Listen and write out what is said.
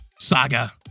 saga